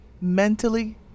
mentally